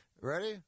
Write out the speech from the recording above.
Ready